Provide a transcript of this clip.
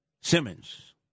Simmons